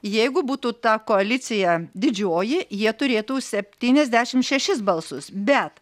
jeigu būtų ta koalicija didžioji jie turėtų septyniasdešim šešis balsus bet